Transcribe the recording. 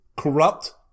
corrupt